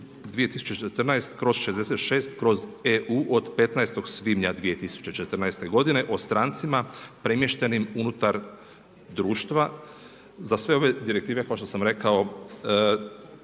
2014/66/EU od 15. svibnja 2014. godine o strancima premještenim unutar društva. Za sve ove direktive kao što sam rekao